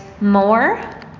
more